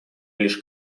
лишь